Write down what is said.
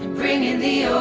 bringing in the